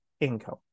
income